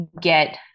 get